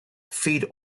feed